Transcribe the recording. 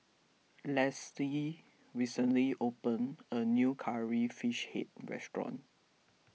Leslie recently opened a new Curry Fish Head restaurant